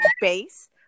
base